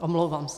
Omlouvám se.